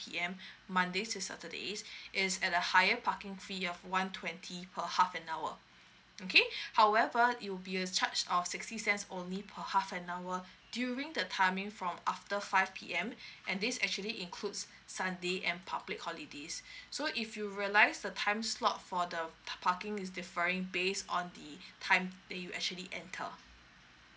P_M monday to saturday is at a higher parking fee of one twenty per half an hour okay however it will be a charge of sixty cents only per half an hour during the timing from after five P_M and this actually includes sunday and public holidays so if you realise the time slot for the parking is differing based on the time that you actually enter